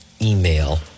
email